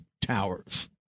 towers